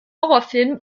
horrorfilmen